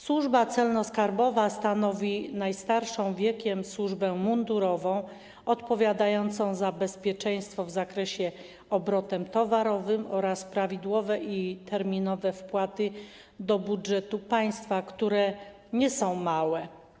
Służba celno-skarbowa stanowi najstarszą wiekiem służbę mundurową, odpowiadająca za bezpieczeństwo w zakresie obrotu towarowego oraz prawidłowe i terminowe wpłaty do budżetu państwa, które nie są małe.